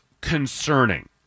concerning